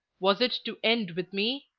was it to end with me?